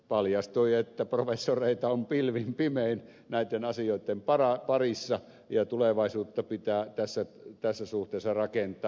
paljastui että professoreita on pilvin pimein näitten asioitten parissa ja tulevaisuutta pitää tässä suhteessa rakentaa